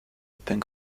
punk